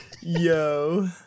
Yo